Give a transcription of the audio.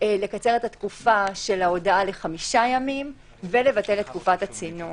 לקצר את התקופה של ההודעה לחמישה ימים ולבטל את תקופת הצינון.